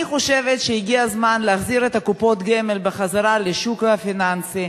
אני חושבת שהגיע הזמן להחזיר את קופות הגמל לשוק הפיננסי,